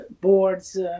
boards